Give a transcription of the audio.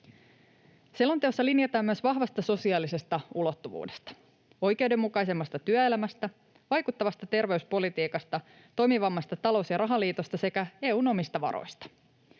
Selonteossa linjataan myös vahvasta sosiaalisesta ulottuvuudesta, oikeudenmukaisemmasta työelämästä, vaikuttavasta terveyspolitiikasta, toimivammasta talous- ja rahaliitosta sekä EU:n omista varoista.